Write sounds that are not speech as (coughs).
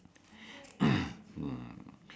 (coughs)